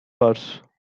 purse